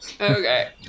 Okay